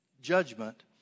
judgment